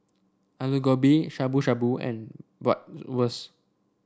Alu Gobi Shabu Shabu and Bratwurst